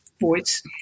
voice